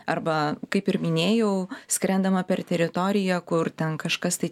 arba kaip ir minėjau skrendama per teritoriją kur ten kažkas tai